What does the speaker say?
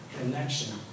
connection